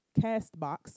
CastBox